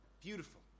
Beautiful